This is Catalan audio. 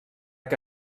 que